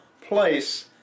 place